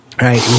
Right